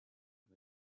and